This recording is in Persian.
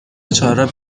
چهارراه